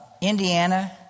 Indiana